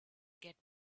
get